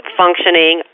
functioning